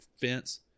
fence